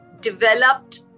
developed